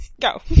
Go